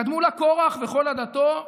קדמו לה קורח וכל עדתו,